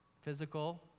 Physical